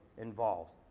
involved